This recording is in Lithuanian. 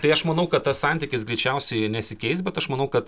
tai aš manau kad tas santykis greičiausiai nesikeis bet aš manau kad